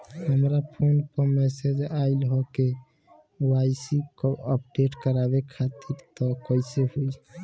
हमरा फोन पर मैसेज आइलह के.वाइ.सी अपडेट करवावे खातिर त कइसे होई?